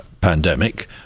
pandemic